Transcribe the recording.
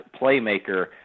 playmaker